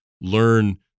learn